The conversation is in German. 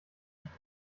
nicht